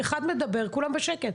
אחד מדבר, כולם בשקט.